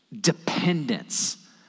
dependence